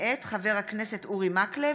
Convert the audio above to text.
מאת חברי הכנסת אורי מקלב,